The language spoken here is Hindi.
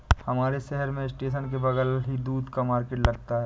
हमारे शहर में स्टेशन के बगल ही दूध का मार्केट लगता है